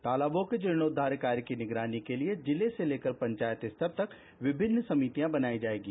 तालाबों के जीर्णोध्दार कार्य की निगरानी के लिए जिले से लेकर पंचायत स्तर तक विभिन्न समितियां बनायी जाएगी